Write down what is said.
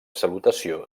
salutació